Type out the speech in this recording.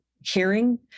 hearing